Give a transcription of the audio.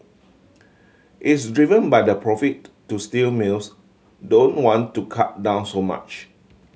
it's driven by the profit so steel mills don't want to cut down so much